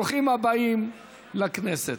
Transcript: ברוכים הבאים לכנסת.